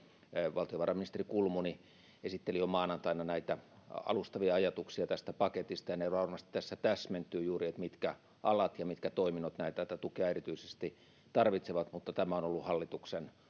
valtiovarainministeri kulmuni esitteli jo maanantaina näitä alustavia ajatuksia tästä paketista ja ne varmasti tässä täsmentyvät mitkä alat ja mitkä toiminnot tätä tukea erityisesti juuri tarvitsevat mutta tämä on ollut hallituksen